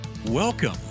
Welcome